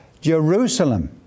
Jerusalem